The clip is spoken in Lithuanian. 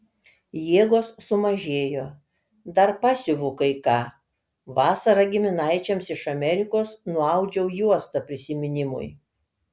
jėgos sumažėjo dar pasiuvu kai ką vasarą giminaičiams iš amerikos nuaudžiau juostą prisiminimui